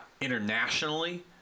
internationally